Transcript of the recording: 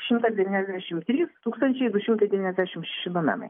šimtas devyniasdešim trys tūkstančiai du šimtai devyniasdešim šeši domenai